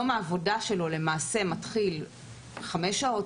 למעשה יום העבודה שלו מתחיל חמש שעות